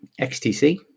XTC